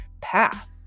path